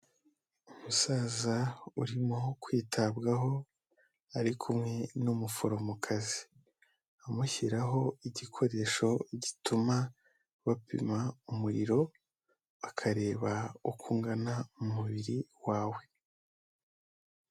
Umusaza urimo kwitabwaho ari kumwe n'umuforomokazi, amushyiraho igikoresho gituma bapima umuriro bakareba uko ungana mu mubiri wawe.